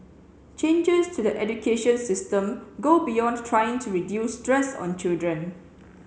changes to the education system go beyond trying to reduce stress on children